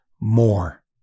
MORE